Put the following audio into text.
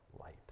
light